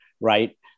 Right